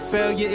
Failure